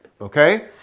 okay